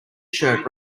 shirt